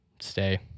stay